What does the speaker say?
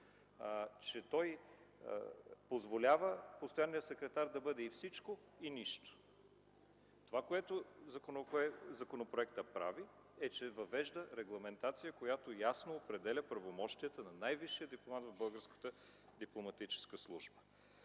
че той позволява постоянният секретар да бъде и всичко, и нищо. Това, което законопроектът прави, е, че въвежда регламентация, която ясно определя правомощията на най-висшия дипломат в българската Дипломатическа служба.